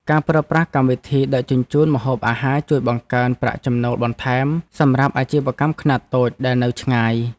ការប្រើប្រាស់កម្មវិធីដឹកជញ្ជូនម្ហូបអាហារជួយបង្កើនប្រាក់ចំណូលបន្ថែមសម្រាប់អាជីវកម្មខ្នាតតូចដែលនៅឆ្ងាយ។